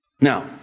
Now